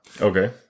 Okay